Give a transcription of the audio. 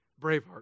Braveheart